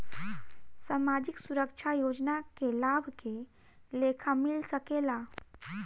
सामाजिक सुरक्षा योजना के लाभ के लेखा मिल सके ला?